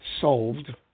solved